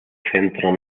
centro